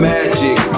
Magic